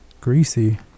greasy